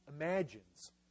imagines